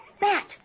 BAT